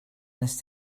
nes